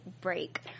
Break